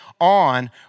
on